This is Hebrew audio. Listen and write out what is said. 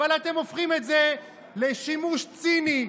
אבל אתם הופכים את זה לשימוש ציני,